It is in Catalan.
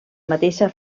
mateixa